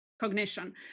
cognition